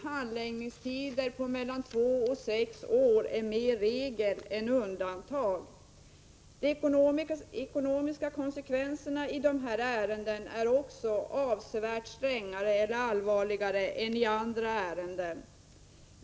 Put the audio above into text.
Handläggningstider på mellan två och sex år är mera regel än undantag i dag. För det tredje är de ekonomiska konsekvenserna i sådana här ärenden avsevärt allvarligare än i andra ärenden.